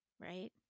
right